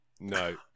no